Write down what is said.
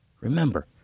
Remember